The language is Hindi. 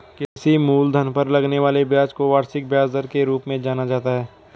किसी मूलधन पर लगने वाले ब्याज को वार्षिक ब्याज दर के रूप में जाना जाता है